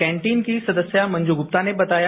canteen की सदस्या मंजू गुप्ता ने बताया